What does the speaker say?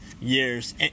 years